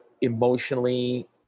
emotionally